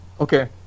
Okay